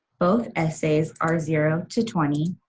both essays are zero to twenty,